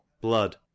blood